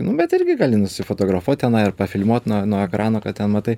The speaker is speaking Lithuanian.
nu bet irgi gali nusifotografuot tenai ar filmuot nuo nuo ekrano ką ten matai